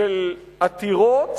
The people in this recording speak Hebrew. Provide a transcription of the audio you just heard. של עתירות